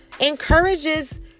encourages